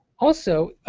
also,